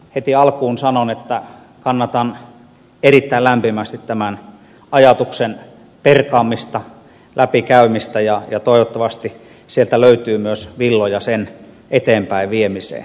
heti alkuun sanon että kannatan erittäin lämpimästi tämän ajatuksen perkaamista läpikäymistä ja toivottavasti sieltä myös löytyy villoja sen eteenpäin viemiseen